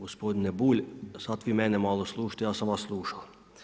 Gospodine Bulj, sad vi mene malo slušajte, ja sam vas slušao.